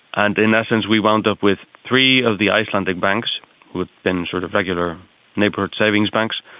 and in essence we wound up with three of the icelandic banks who had been sort of regular neighbourhood savings banks,